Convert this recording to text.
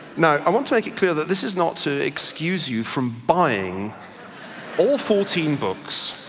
now i want to make it clear that this is not to excuse you from buying all fourteen books,